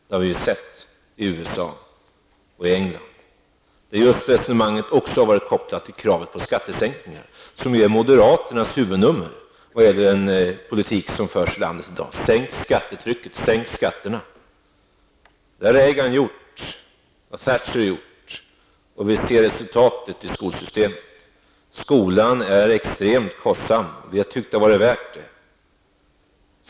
Det har vi sett i USA och England. Där har resonemanget också varit kopplat till kravet på skattesänkningar, vilket är moderaternas huvudnummer och den politik som förs i landet i dag: Sänk skattetrycket, sänk skatterna! Det har Reagan gjort, det har Thatcher gjort. Vi ser resultatet i skolsystemet. Skolan är extremt kostsam. Vi har tyckt att det har varit värt det.